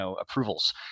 approvals